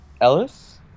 Ellis